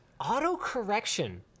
Auto-correction